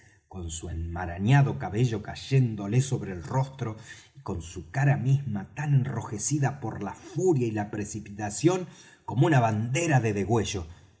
con su enmarañado cabello cayéndole sobre el rostro y con su cara misma tan enrojecida por la furia y la precipitación como una bandera de